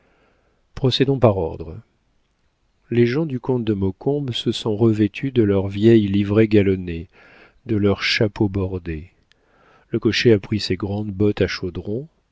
procédons par ordre les gens du comte de maucombe se sont revêtus de leurs vieilles livrées galonnées de leurs chapeaux bordés le cocher a pris ses grandes bottes à chaudron